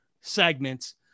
segments